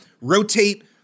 rotate